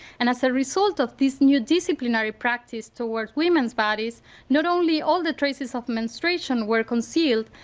and as a result of these new disciplinary practice towards women's bodies not only all the traces of menstruation were concealed,